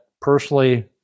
personally